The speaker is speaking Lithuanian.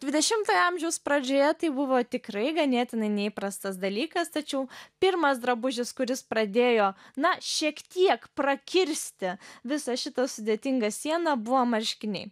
dvidešimtojo amžiaus pradžioje tai buvo tikrai ganėtinai neįprastas dalykas tačiau pirmas drabužis kuris pradėjo na šiek tiek prakirsti visą šitą sudėtingą sieną buvo marškiniai